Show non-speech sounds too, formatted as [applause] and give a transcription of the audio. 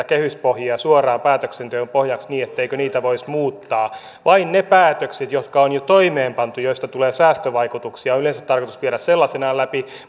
[unintelligible] kehyspohjia suoraan päätöksenteon pohjaksi niin etteikö niitä voisi muuttaa vain ne päätökset jotka on jo toimeenpantu joista tulee säästövaikutuksia on yleensä tarkoitus viedä sellaisinaan läpi